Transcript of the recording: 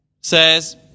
says